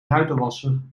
ruitenwasser